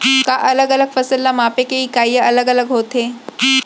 का अलग अलग फसल ला मापे के इकाइयां अलग अलग होथे?